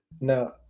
No